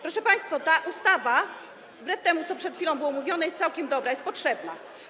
Proszę państwa, ta ustawa wbrew temu, co przed chwilą było mówione, jest całkiem dobra, jest potrzebna.